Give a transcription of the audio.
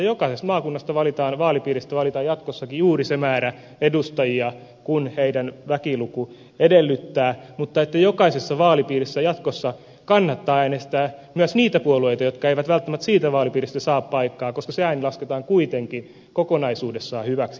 jokaisesta maakunnasta vaalipiiristä valitaan jatkossakin juuri se määrä edustajia kuin sen väkiluku edellyttää mutta jokaisessa vaalipiirissä jatkossa kannattaa äänestää myös niitä puolueita jotka eivät välttämättä siitä vaalipiiristä saa paikkaa koska se ääni lasketaan kuitenkin kokonaisuudessaan hyväksi jatkossakin